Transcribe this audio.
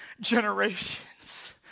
generations